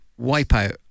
Wipeout